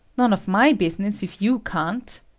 none of my business if you can't.